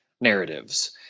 narratives